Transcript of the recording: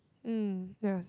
um ya